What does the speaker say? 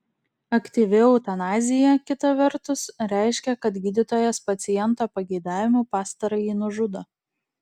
aktyvi eutanazija kita vertus reiškia kad gydytojas paciento pageidavimu pastarąjį nužudo